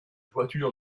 voitures